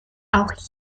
auch